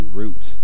root